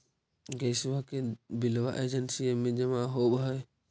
गैसवा के बिलवा एजेंसिया मे जमा होव है?